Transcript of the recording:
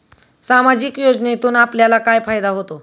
सामाजिक योजनेतून आपल्याला काय फायदा होतो?